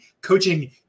coaching